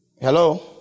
Hello